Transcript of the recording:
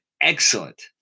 excellent